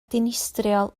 dinistriol